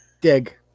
dig